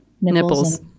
Nipples